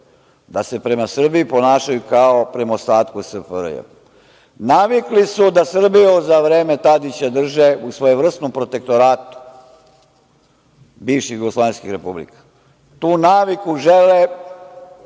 da se prema Srbiji ponašaju kao prema ostatku SFRJ.Navikli su da Srbiju za vreme Tadića drže u svojevrsnom protektoratu bivših jugoslovenskih republika. Tu naviku žele